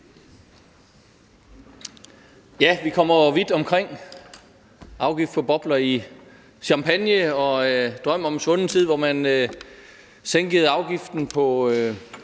Vi kommer jo vidt omkring: afgifter på bobler i champagne og drømme om en svunden tid, hvor man sænkede afgiften på